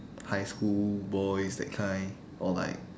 high school boys that kind or like